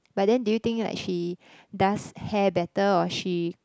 but then do you think like she does hair better or she